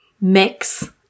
Mix